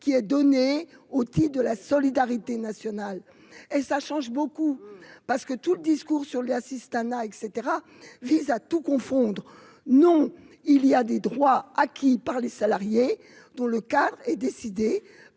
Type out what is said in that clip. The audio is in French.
qui est donné au de la solidarité nationale et ça change beaucoup parce que tout le discours sur l'assistanat et cetera vise à tout confondre : non, il y a des droits acquis par les salariés dont le cadre est décidée